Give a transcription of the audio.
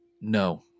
No